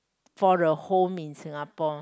for a home in Singapore